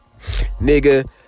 nigga